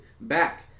back